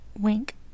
wink